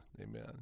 Amen